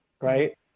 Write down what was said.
right